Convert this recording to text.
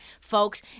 folks